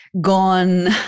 gone